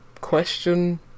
Question